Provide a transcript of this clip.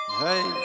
hey